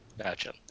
Gotcha